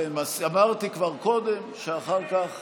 ואמרתי כבר קודם שאחר כך